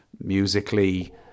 musically